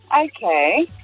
Okay